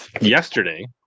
yesterday